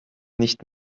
nicht